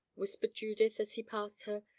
whispered judith, as he passed her,